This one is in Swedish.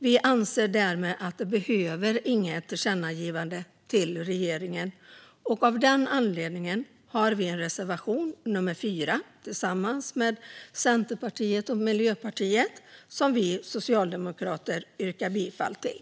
Vi anser därmed att det inte behövs något tillkännagivande till regeringen. Av den anledningen har vi en reservation, nummer 4, tillsammans med Centerpartiet och Miljöpartiet som vi socialdemokrater yrkar bifall till.